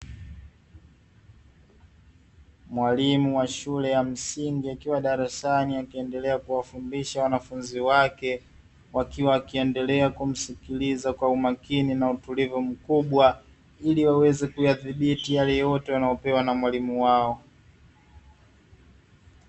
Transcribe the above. Mwalimu wa shule ya msingi akiwa darasani akiendelea kuwafundisha wanafunzi wake, wakiwa wakiendelea kumsikiliza kwa umakini na utulivu mkubwa ili waweze kuyadhibiti yale yote wanayopewa na mwalimu wao.